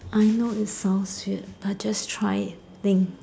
I know it's sounds weird but just try and think